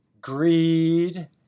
greed